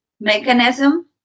mechanism